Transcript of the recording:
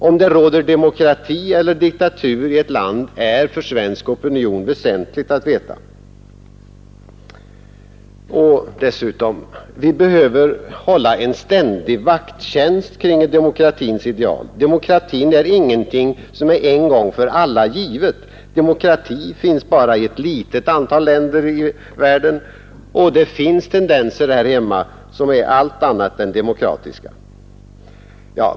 Om det råder demokrati eller diktatur i ett land är för svensk opinion väsentligt att veta. Vi behöver hålla en ständig vakttjänst kring demokratins ideal. Demokratin är ingenting en gång för alla givet. Demokrati finns bara i ett litet antal länder i världen, och vi har tendenser här hemma som är allt annat än demokratiska.